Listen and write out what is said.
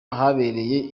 ahabereye